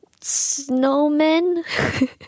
snowmen